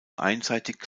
einseitig